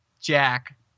Jack